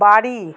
বাড়ি